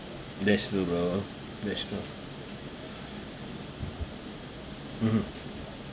that's true bro next one mmhmm